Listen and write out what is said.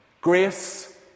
Grace